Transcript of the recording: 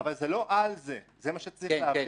זה לא על זה, זה מה שצריך להבין.